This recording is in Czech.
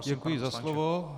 Děkuji za slovo.